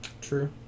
True